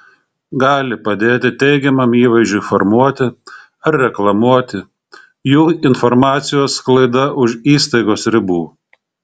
gali padėti teigiamam įvaizdžiui formuoti ar reklamuoti jų informacijos sklaida už įstaigos ribų